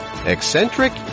Eccentric